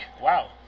Wow